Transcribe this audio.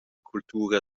cultura